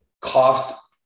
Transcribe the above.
cost